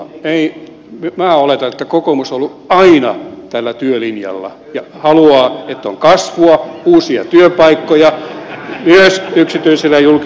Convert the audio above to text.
minä oletan että kokoomus on ollut aina tällä työlinjalla ja haluaa että on kasvua uusia työpaikkoja myös yksityiselle ja julkiselle sektorille